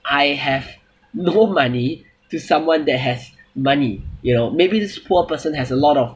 I have no money to someone that has money you know maybe this poor person has a lot of